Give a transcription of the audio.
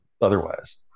otherwise